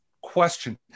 question